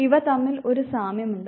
ഇവ തമ്മിൽ ഒരു സാമ്യമുണ്ട്